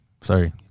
Sorry